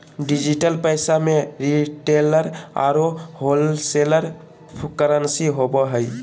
digital पैसा में retailer औरो होलसेलर करंसी होवो हइ